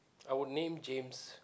I would name James